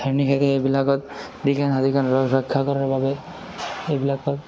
ধাননি খেতিবিলাকত ৰক্ষা কৰাৰ বাবে সেইবিলাকত